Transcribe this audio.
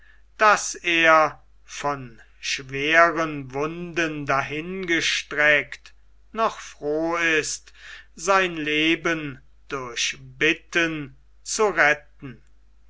daß er von schweren wunden dahingestreckt noch froh ist sein leben durch bitten zu retten